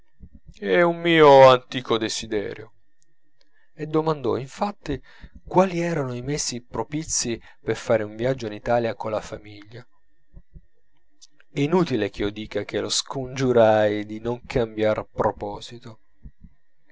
è un mio antico desiderio e domandò infatti quali erano i mesi propizii per fare un viaggio in italia colla famiglia è inutile che io dica se lo scongiurai di non cambiar proposito